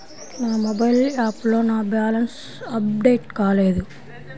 నా మొబైల్ యాప్లో నా బ్యాలెన్స్ అప్డేట్ కాలేదు